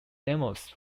demos